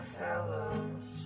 fellows